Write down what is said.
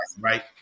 right